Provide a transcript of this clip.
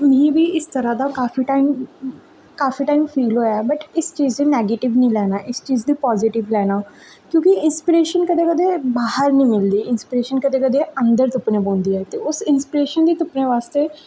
मि बी इस तरह् दा काफी टाइम काफी टाइम फील होआ ऐ बट इस चीज गी नैगटिव निं लैना इस चीज गी पाजिटिव लैना क्योंकि इंसपिरैशन कदें कदें बाह्र निं मिलदी इंसपिरेशन कदें कदें अंदर तुप्पने पौंदी ऐ ते उस इंसपिरैशन गी तुप्पने बास्तै